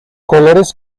colores